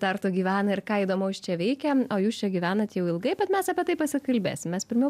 tartu gyvena ir ką įdomaus čia veikia o jūs čia gyvenat jau ilgai bet mes apie tai pasikalbėsim mes pirmiau